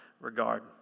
regard